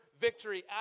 victory